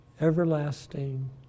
everlasting